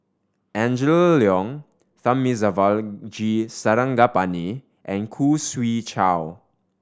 Angela Liong Thamizhavel G Sarangapani and Khoo Swee Chiow